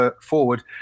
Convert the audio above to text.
forward